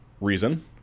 reason